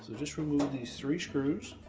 so just remove these three screws